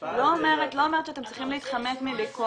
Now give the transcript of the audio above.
ההשפעה ----- לא אומרת שאתם צריכים להתחמק מביקורת,